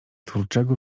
twórczego